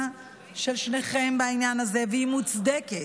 של שניכם בעניין הזה והיא מוצדקת.